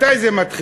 מתי זה מתחיל?